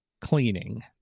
cleaning